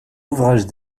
ouvrage